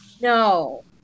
No